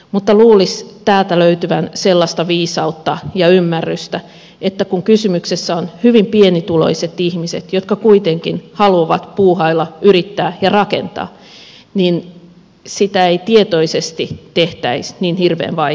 mutta luulisi täältä löytyvän sellaista viisautta ja ymmärrystä että kun kysymyksessä ovat hyvin pienituloiset ihmiset jotka kuitenkin haluavat puuhailla yrittää ja rakentaa niin sitä ei tietoisesti tehtäisi niin hirveän vaikeaksi